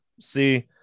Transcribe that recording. see